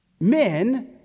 Men